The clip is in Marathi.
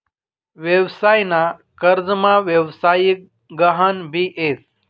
व्यवसाय ना कर्जमा व्यवसायिक गहान भी येस